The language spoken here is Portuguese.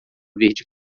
verde